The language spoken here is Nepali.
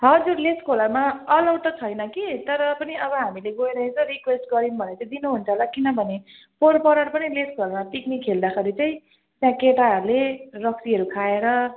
हजुर लेस खोलामा एलाउ त छैन कि तर पनि अब हामीले गएर यसो रिक्वेस्ट गर्यौँ भने चाहिँ दिनु हुन्छ होला किनभने पोहर परार पनि लेस खोलामा पिकनिक खेल्दाखेरि चाहिँ त्यहाँ केटाहरूले रक्सीहरू खाएर